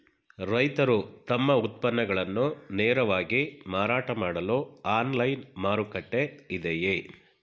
ರೈತರು ತಮ್ಮ ಉತ್ಪನ್ನಗಳನ್ನು ನೇರವಾಗಿ ಮಾರಾಟ ಮಾಡಲು ಆನ್ಲೈನ್ ಮಾರುಕಟ್ಟೆ ಇದೆಯೇ?